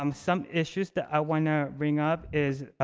um some issues that i want to bring up is